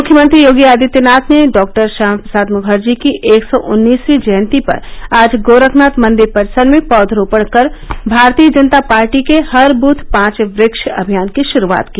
मुख्यमंत्री योगी आदित्यनाथ ने डॉक्टर श्यामा प्रसाद मुखर्जी की एक सौ उन्नीसवी जयंती पर आज गोरखनाथ मंदिर परिसर में पौधरोपण कर भारतीय जनता पार्टी के हर व्थ पांच व्र्ष अभियान की शुरूआत की